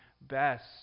best